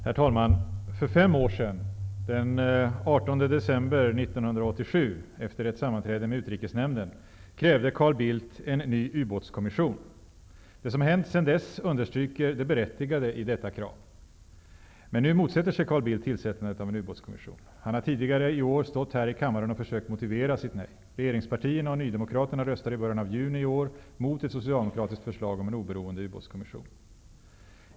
Herr talman! För fem år sedan, den 18 december 1987, efter ett sammanträde med utrikesnämnden, krävde Carl Bildt en ny ubåtskommission. Det som hänt sedan dess understryker det berättigade i detta krav. Men nu motsätter sig Carl Bildt tillsättandet av en ubåtskommission. Han har tidigare i år stått här i kammaren och försökt motivera sitt nej. Regeringspartierna och nydemokraterna röstade i början av juni i år mot ett socialdemokratiskt förslag om en oberoende ubåtskommission.